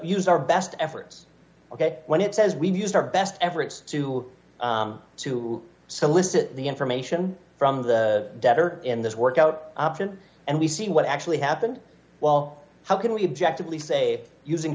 use our best efforts ok when it says we've used our best efforts to to solicit the information from the debtor in this workout option and we see what actually happened well how can we object to police say using